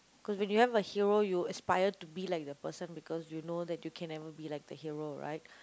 cause when you have a hero you aspire to be like the person because you know that you can never be like the hero right